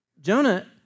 Jonah